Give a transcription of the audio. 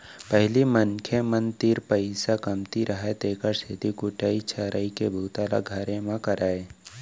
पहिली मनखे मन तीर पइसा कमती रहय तेकर सेती कुटई छरई के बूता ल घरे म करयँ